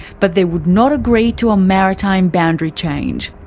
but they would not agree to a maritime boundary change.